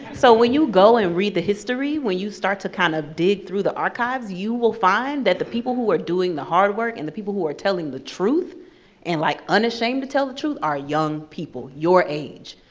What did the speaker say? so when you go and read the history, when you start to kind of dig through the archives, you will find that the people who are doing the hard work and the people who are telling the truth and like unashamed to tell the truth, are young people, your age.